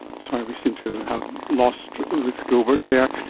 sorry, we seem to have lost ruth gilbert there.